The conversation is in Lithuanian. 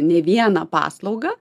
ne vieną paslaugą